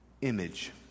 image